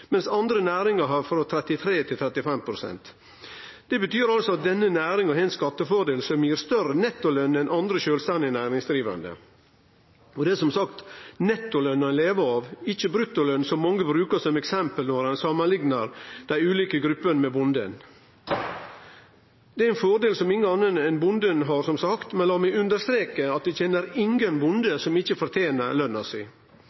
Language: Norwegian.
mens andre næringar har frå 33 pst. til 35 pst. Det betyr altså at denne næringa har ein skattefordel som gir større nettoløn enn andre sjølvstendige næringsdrivande. Det er som sagt nettoløna ein lever av, ikkje bruttoløn, som mange brukar som eksempel når dei samanlikner dei ulike gruppene med bonden. Det er, som sagt, ein fordel som ingen andre enn bonden har, men la meg understreke at eg ikkje kjenner